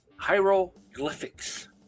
hieroglyphics